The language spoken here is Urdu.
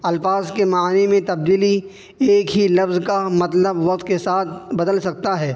الفاظ کے معنی میں تبدیلی ایک ہی لفظ کا مطلب وقت کے ساتھ بدل سکتا ہے